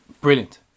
Brilliant